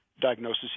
diagnosis